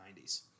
90s